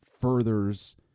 furthers